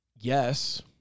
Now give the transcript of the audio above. yes